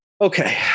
Okay